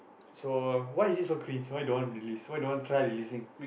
so why is it so clean why don't want release why don't want try releasing